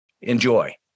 Enjoy